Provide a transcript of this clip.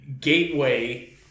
gateway